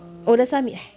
oh dah submit eh